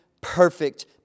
perfect